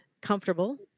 comfortable